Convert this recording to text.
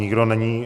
Nikdo není.